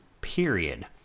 period